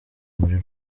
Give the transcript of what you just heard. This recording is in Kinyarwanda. muri